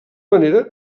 manera